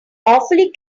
awfully